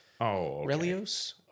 Relios